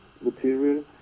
material